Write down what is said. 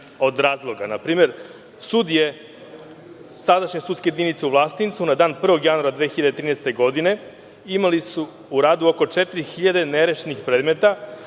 od razloga. Na primer, sadašnja sudska jedinica u Vlasotincu na dan 1. januara 2013. godine je imala u radu oko 4.000 nerešenih predmeta,